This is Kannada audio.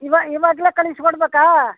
ಇವಾಗ ಇವಾಗಲೇ ಕಳಿಸಿ ಕೊಡ್ಬೇಕಾ